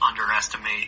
underestimate